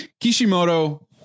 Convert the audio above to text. kishimoto